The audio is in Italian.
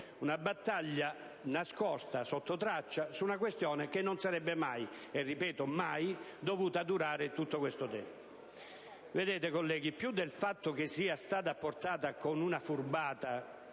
Una battaglia nascosta, sotto traccia, su una questione che non sarebbe mai, e ripeto mai, dovuta durare tutto questo tempo. Colleghi, più del fatto che sia stata apportata, con una furbata,